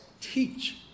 teach